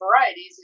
varieties